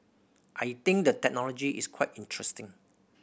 I think the technology is quite interesting